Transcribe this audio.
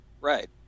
Right